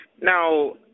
Now